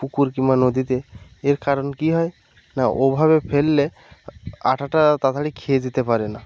পুকুর কিংবা নদীতে এর কারণ কী হয় না ওভাবে ফেললে আটাটা তাড়াতাড়ি খেয়ে যেতে পারে না